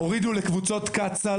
הורידו לקבוצות תיקצוב